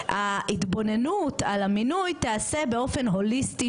ההתבוננות על המינוי תיעשה באופן הוליסטי,